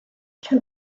can